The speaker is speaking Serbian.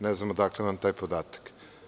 Ne znam odakle vam taj podatak?